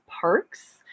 parks